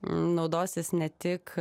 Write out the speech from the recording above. naudosis ne tik